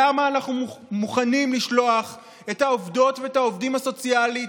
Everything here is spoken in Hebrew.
למה אנחנו מוכנים לשלוח את העובדות ואת העובדים הסוציאליים